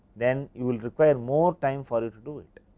then you will require more time for you to do it.